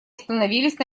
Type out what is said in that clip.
остановились